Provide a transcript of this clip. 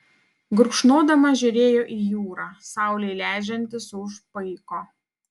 gurkšnodamas žiūrėjo į jūrą saulei leidžiantis už paiko